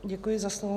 Děkuji za slovo.